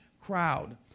crowd